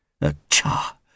A-cha